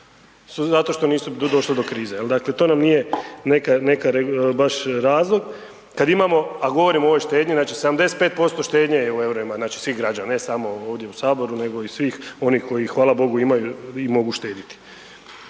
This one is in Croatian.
zato što nisu došle do krize jel dakle to nam nije neka, neka baš razlog, kad imamo, a govorimo o ovoj štednji, znači 75% štednje je u EUR-ima znači svih građana, ne samo ovdje u saboru nego i svih onih koji hvala Bogu imaju i mogu štediti,